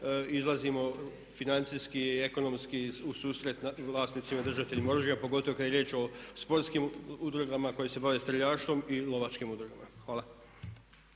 izlazimo financijski i ekonomski u susret vlasnicima i držateljima oružja pogotovo kada je riječ o sportskim udrugama koje se bave streljaštvom i lovačkim udrugama. Hvala.